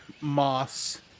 moss